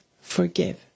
forgive